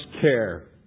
care